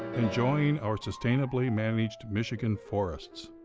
enjoying our sustainably managed michigan forests.